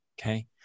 Okay